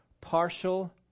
partial